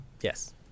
Yes